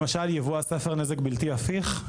למשל ספר שעשה נזק בלתי הפיך,